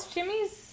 Jimmy's